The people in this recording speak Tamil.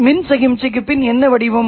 மின் சமிக்ஞையின் எந்த வடிவம்